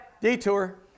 Detour